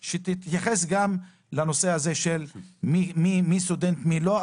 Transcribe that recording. שתתייחס גם לנושא הזה של מי סטודנט ומי לא,